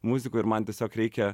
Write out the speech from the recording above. muzikoj ir man tiesiog reikia